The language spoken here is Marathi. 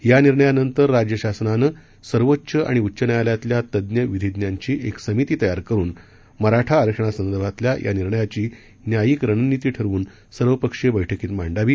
या निर्णयनांतर राज्य शासनानं सर्वोच्च आणि उच्च न्यायालयातील तज्ज्ञ विधीज्ञाची एक समिती तयार करून मराठा आरक्षणासंदर्भातील या निर्णयाची न्यायिक रणनिती ठरवून सर्वपक्षीय बैठकीसमोर मांडावी